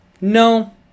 No